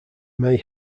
may